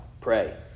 Pray